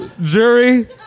Jury